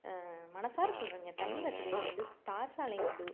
மனதார சொல்றேங்க தண்ணி வசதியும் வந்து தார் சாலையும் வந்து